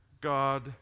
God